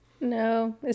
No